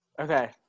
Okay